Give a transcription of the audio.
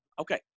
Okay